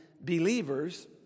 believers